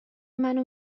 منو